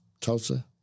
Tulsa